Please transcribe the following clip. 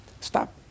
Stop